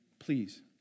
Please